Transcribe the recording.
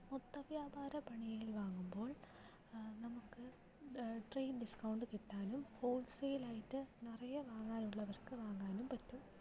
മൊത്ത വ്യാപാര വിപണിയിൽ വാങ്ങുമ്പോൾ നമുക്ക് ട്രെയിഡ് ഡിസ്ക്കൌണ്ട് കിട്ടാനും ഹോൾസെയിലായിട്ട് നിറയെ വാങ്ങാനുള്ളവർക്ക് വാങ്ങാനും പറ്റും